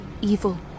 evil